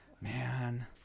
Man